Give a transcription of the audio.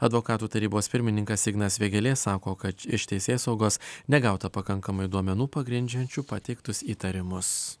advokatų tarybos pirmininkas ignas vėgėlė sako iš teisėsaugos negauta pakankamai duomenų pagrindžiančių pateiktus įtarimus